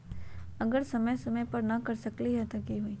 अगर समय समय पर न कर सकील त कि हुई?